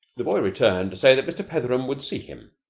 the boy returned to say that mr. petheram would see him.